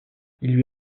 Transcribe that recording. lui